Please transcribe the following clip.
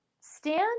stand